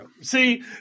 See